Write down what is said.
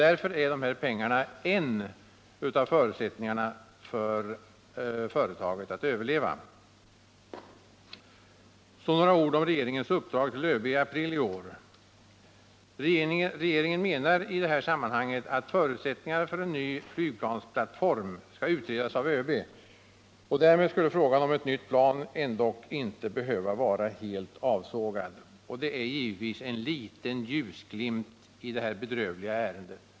Därför är de här pengarna en av förutsättningarna för företaget att överleva. Så några ord om regeringens uppdrag till ÖB i april i år. Regeringen menar i detta sammanhang att förutsättningarna för en ny flygplansplattform skall utredas av ÖB. Därmed skulle frågan om ett nytt plan ändock inte vara helt avförd — och det är givetvis en liten ljusglimt i det här bedrövliga ärendet.